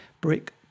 Brick